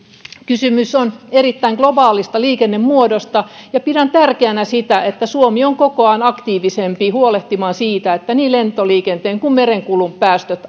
kysymys on erittäin globaalista liikennemuodosta ja pidän tärkeänä sitä että suomi on koko ajan aktiivisempi huolehtimaan siitä että niin lentoliikenteen kuin merenkulun päästöt